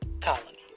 colony